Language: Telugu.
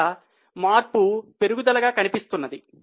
ఇక్కడ మార్పు పెరుగుదల గా కనిపిస్తుంది